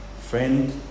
Friend